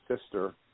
sister